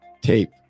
Tape